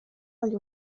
agli